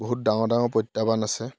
বহুত ডাঙৰ ডাঙৰ প্ৰত্যাহ্বান আছে